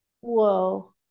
whoa